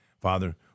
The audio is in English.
Father